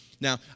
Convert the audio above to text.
Now